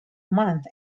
month